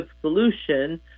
solution